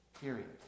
period